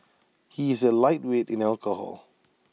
he is A lightweight in alcohol